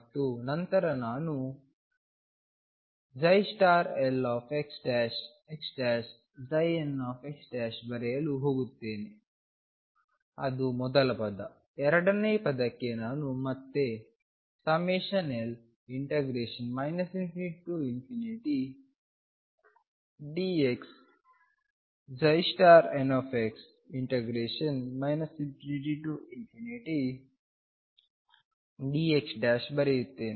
ಮತ್ತು ನಂತರ ನಾನುlxxnx ಬರೆಯಲು ಹೋಗುತ್ತೇನೆ ಅದು ಮೊದಲ ಪದ ಎರಡನೇ ಪದಕ್ಕೆ ನಾನು ಮತ್ತೆ l ∞dxnx ∞dx ಬರೆಯುತ್ತೇನೆ